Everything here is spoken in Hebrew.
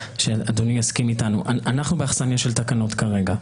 אנחנו באכסנייה של תקנות כרגע.